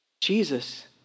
Jesus